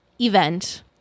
event